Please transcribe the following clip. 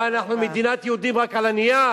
מה, אנחנו מדינת יהודים רק על הנייר?